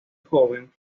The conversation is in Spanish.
joven